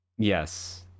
yes